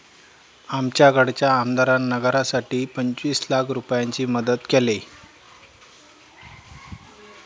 आमच्याकडच्या आमदारान नगरासाठी पंचवीस लाख रूपयाची मदत केली